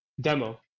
Demo